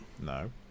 No